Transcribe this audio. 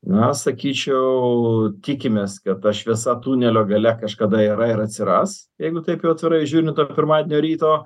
na sakyčiau tikimės kad ta šviesa tunelio gale kažkada yra ir atsiras jeigu taip jau atvirai žiūrint nuo pirmadienio ryto